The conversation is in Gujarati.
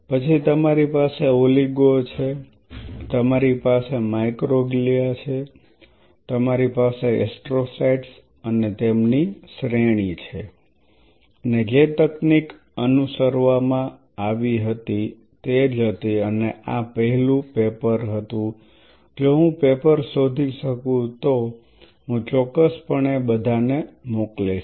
પછી તમારી પાસે ઓલિગો છે તમારી પાસે માઇક્રોગ્લિયા રહે છે તમારી પાસે એસ્ટ્રોસાઇટ્સ અને તેમની શ્રેણી છે અને જે તકનીક અનુસરવામાં આવી હતી તે જ હતી અને આ પહેલું પેપર હતું જો હું પેપર શોધી શકું તો હું ચોક્કસપણે બધા ને મોકલીશ